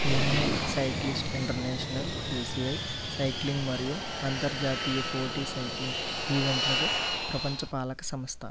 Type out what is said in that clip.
union cyclist international UCI cycling మరియు అంతర్జాతీయ పోటీ సైక్లింగ్ ఈవెంట్లకు ప్రపంచ పాలక సంస్థ